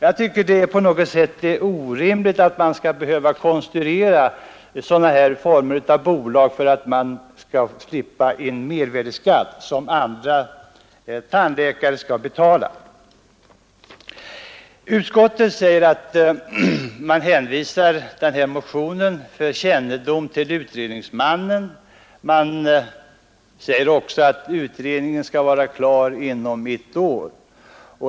Jag tycker att det är orimligt att vissa tandläkare konstruerar sådana här former av bolag för att slippa en skatt som andra tandläkare får betala. Skatteutskottet hänvisar motionen till utredningsmannen för kännedom, Utskottet säger också att utredningen skall vara klar inom ett år.